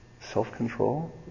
self-control